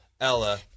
Ella